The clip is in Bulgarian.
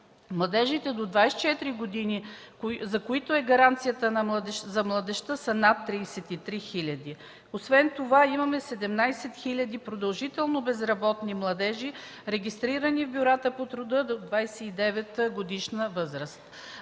Младежите до 24 г., за които е гаранцията за младежта, са над 33 хиляди души. Освен това имаме 17 хиляди продължително безработни младежи, регистрирани в бюрата по труда, до 29-годишна възраст.